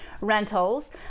rentals